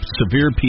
severe